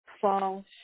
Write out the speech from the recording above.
fall